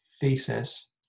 thesis